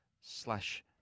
slash